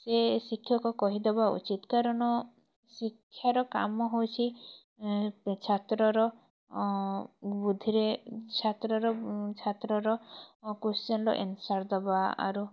ସେ ଶିକ୍ଷକ କହିଦେବା ଉଚିତ୍ କାରଣ ଶିକ୍ଷାର କାମ ହେଉଛି ଛାତ୍ରର ବୁଦ୍ଧିରେ ଛାତ୍ରର ଛାତ୍ରର ଓ କୋସ୍ଚିନ୍ର ଏନ୍ସାର୍ ଦେବା ଆରୁ